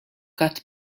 cut